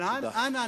אבל אנא,